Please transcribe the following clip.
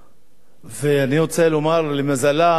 שר התחבורה הוא אחד האנשים המוכשרים,